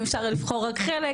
אפשר לבחור רק חלק,